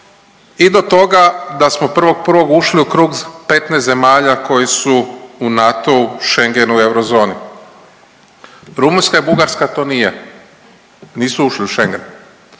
i do toga da smo 1.1. ušli u krug s 15 zemalja koje su u NATO-u, Schengenu i eurozoni. Rumunjska i Bugarska to nije, nisu ušle u Schengen.